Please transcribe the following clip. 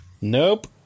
Nope